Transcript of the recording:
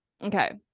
Okay